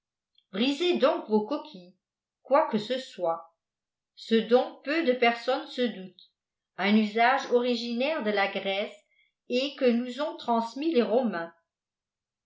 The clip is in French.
brisez donc vos coquilles quoique ce soit ce dont peu de personnes se doutent un usage originaire de la grèce et que nous ont transkis les romains